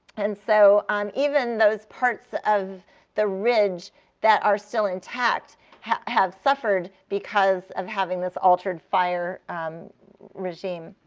and so um even those parts of the ridge that are still intact have have suffered because of having this altered fire regime.